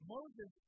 Moses